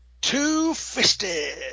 Two-Fisted